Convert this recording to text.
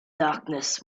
darkness